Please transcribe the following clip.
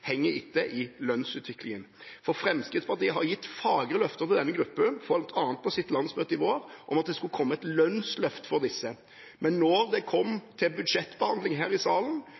henger etter i lønnsutviklingen. Fremskrittspartiet har gitt fagre løfter til denne gruppen, bl.a. på landsmøtet i vår, om at det skulle komme et lønnsløft for disse. Men da det kom til budsjettbehandling her i salen,